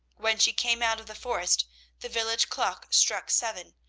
when she came out of the forest the village clock struck seven,